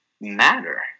matter